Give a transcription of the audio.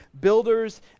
builders